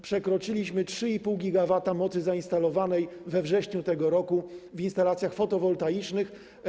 Przekroczyliśmy 3,5 GW mocy zainstalowanej we wrześniu tego roku w instalacjach fotowoltaicznych.